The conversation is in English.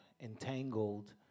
entangled